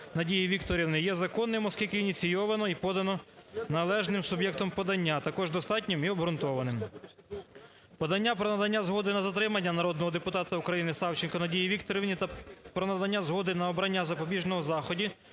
Надії Вікторівни є законним, оскільки ініційовано і подано належним суб'єктом подання, а також достатнім і обґрунтованим. Подання про надання згоди на затримання народного депутата України Савченко Надії Вікторівни та про надання згоди на обрання запобіжного заходу